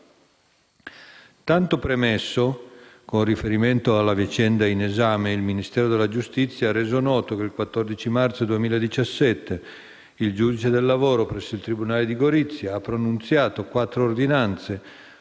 Tanto premesso, con riferimento alla vicenda in esame, il Ministero della giustizia ha reso noto che il 14 marzo 2017 il giudice del lavoro presso il tribunale di Gorizia ha pronunziato quattro ordinanze,